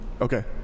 Okay